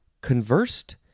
conversed